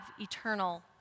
eternal